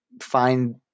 find